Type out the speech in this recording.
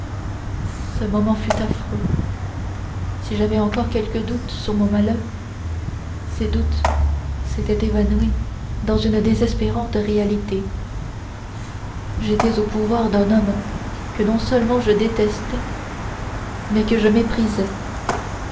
ce moment fut affreux si j'avais encore quelques doutes sur mon malheur ces doutes s'étaient évanouis dans une désespérante réalité j'étais au pouvoir d'un homme que non seulement je détestais mais que je méprisais